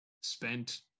spent